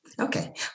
Okay